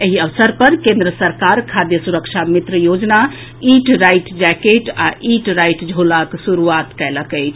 एहि अवसर पर केन्द्र सरकार खाद्य सुरक्षा मित्र योजना ईट राइट जैकेट आ ईट राइट झोलाक शुरूआत कयलक अछि